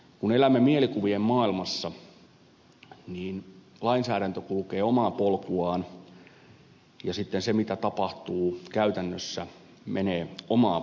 kun elämme mielikuvien maailmassa niin lainsäädäntö kulkee omaa polkuaan ja sitten se mikä tapahtuu käytännössä menee omaa polkuaan